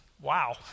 wow